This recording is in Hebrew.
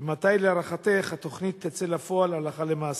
מתי להערכתך התוכנית תצא לפועל הלכה למעשה?